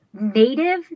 native